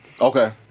Okay